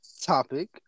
topic